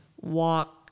walk